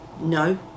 no